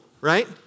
right